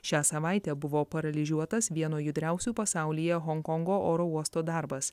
šią savaitę buvo paralyžiuotas vieno judriausių pasaulyje honkongo oro uosto darbas